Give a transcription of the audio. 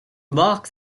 mark